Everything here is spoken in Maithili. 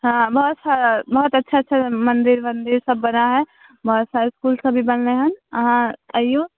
हँ बहुत सारा बहुत अच्छा अच्छा मन्दिर उन्दिरसब बनल हइ बहुत सारा इसकुलसब भी बनलै हँ अहाँ अइऔ